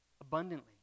abundantly